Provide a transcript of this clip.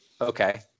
Okay